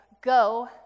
go